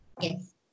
Yes